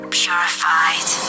purified